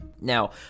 Now